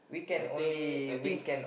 I think I think